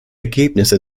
ergebnisse